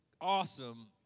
awesome